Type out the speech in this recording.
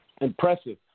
Impressive